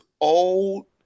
old